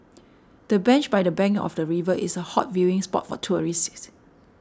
the bench by the bank of the river is a hot viewing spot for tourists